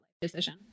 Decision